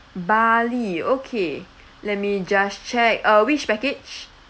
bali okay let me just check uh which package